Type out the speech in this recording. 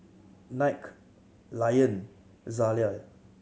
Nike Lion Zalia